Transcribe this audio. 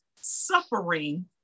suffering